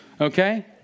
okay